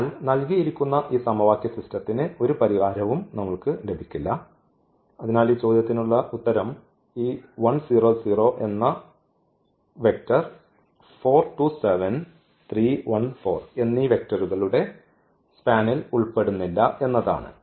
അതിനാൽ നൽകിയിരിക്കുന്ന ഈ സമവാക്യ സിസ്റ്റത്തിന് ഒരു പരിഹാരവും നമ്മൾക്ക് ലഭിക്കില്ല അതിനാൽ ഈ ചോദ്യത്തിനുള്ള ഉത്തരം ഈ എന്ന വെക്റ്റർ എന്നീ വെക്റ്ററുകളുടെ സ്പാനിൽ ഉൾപ്പെടുന്നില്ല എന്നതാണ്